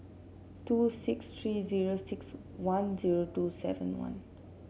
two six three zero six one zero two seven one